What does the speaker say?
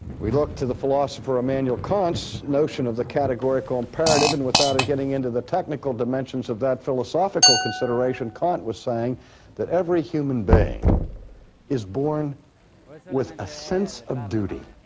we look to the philosopher immanuel um and ah kant's notion of the categorical imperative and without it getting into the technical dimensions of that philosophical consideration, kant was saying that every human being is born with ah sense of duty,